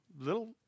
little